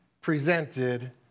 presented